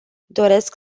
doresc